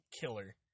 killer